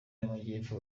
y’amajyepfo